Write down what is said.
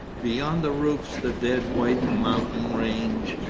beyond the roofs the dead-white mountain range,